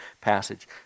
passage